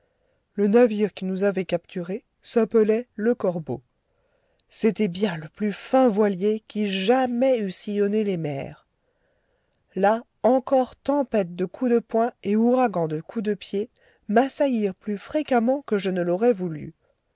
le navire qui nous avait capturés s'appelait le corbeau c'était bien le plus fin voilier qui jamais eût sillonné les mers là encore tempête de coups de poings et ouragan de coups de pieds m'assaillirent plus fréquemment que je ne l'aurais voulu